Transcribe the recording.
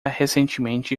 recentemente